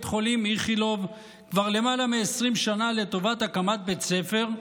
חולים איכילוב כבר למעלה מ-20 שנה לטובת הקמת בית ספר,